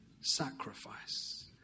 sacrifice